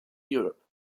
europe